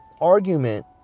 argument